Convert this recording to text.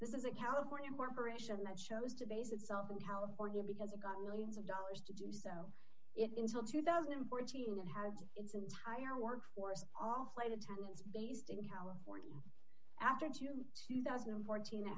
this is a california corporation that shows to base itself in california because it got millions of dollars to do it until two thousand and fourteen and had its entire workforce all flight attendants based in how after to two thousand and fourteen th